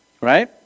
Right